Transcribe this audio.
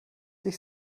sich